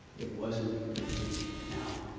it wasn't complete. now,